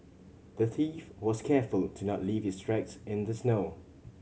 the thief was careful to not leave his tracks in the snow